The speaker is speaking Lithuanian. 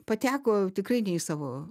pateko tikrai ne į savo